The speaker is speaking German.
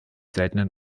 seltenen